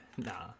Nah